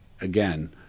again